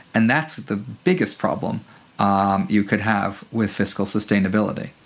and that's the biggest problem um you could have with fiscal sustainability.